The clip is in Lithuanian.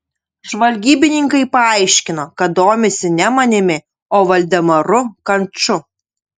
žvalgybininkai paaiškino kad domisi ne manimi o valdemaru kanču